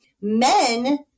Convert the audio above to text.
Men